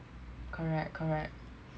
correct correct